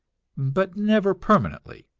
but never permanently.